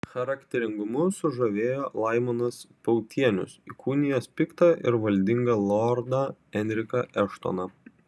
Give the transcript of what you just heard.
charakteringumu sužavėjo laimonas pautienius įkūnijęs piktą ir valdingą lordą enriką eštoną